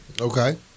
Okay